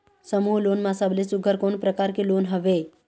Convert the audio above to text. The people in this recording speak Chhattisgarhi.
समूह लोन मा सबले सुघ्घर कोन प्रकार के लोन हवेए?